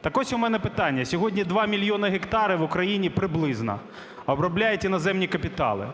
Так ось у мене питання, сьогодні 2 мільйони гектарів в Україні приблизно обробляють іноземні капітали,